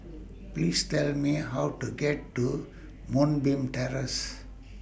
Please Tell Me How to get to Moonbeam Terrace